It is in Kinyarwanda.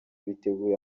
biteguye